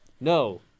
No